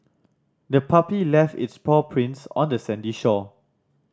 the puppy left its paw prints on the sandy shore